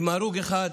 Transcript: עם הרוג אחד,